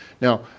Now